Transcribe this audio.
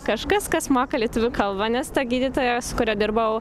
kažkas kas moka lietuvių kalbą nes ta gydytoja su kuria dirbau